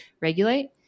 regulate